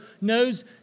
knows